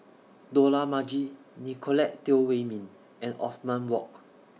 Dollah Majid Nicolette Teo Wei Min and Othman Wok